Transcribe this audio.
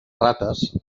rates